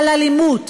על אלימות,